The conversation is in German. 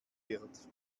wird